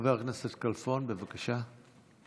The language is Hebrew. חבר הכנסת כלפון, בבקשה.